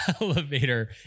elevator